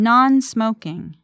Non-smoking